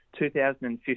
2015